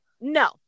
No